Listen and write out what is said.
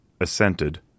assented